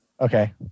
Okay